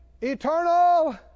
eternal